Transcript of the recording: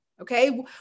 okay